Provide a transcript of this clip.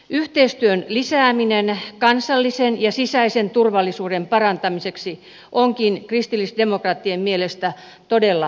yhteistyön lisääminen kansallisen ja sisäisen turvallisuuden parantamiseksi onkin kristillisdemokraattien mielestä todella tärkeää